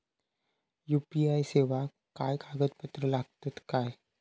UPI सेवाक काय कागदपत्र लागतत काय?